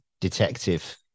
detective